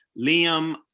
Liam